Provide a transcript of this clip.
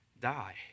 die